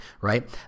right